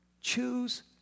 Choose